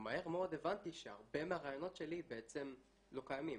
ומהר מאוד הבנתי שהרבה מהרעיונות שלי לא קיימים.